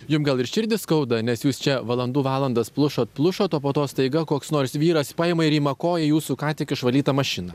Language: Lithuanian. jum gal ir širdį skauda nes jūs čia valandų valandas plušot plušot o po to staiga koks nors vyras paima ir įmakoja į jūsų ką tik išvalytą mašiną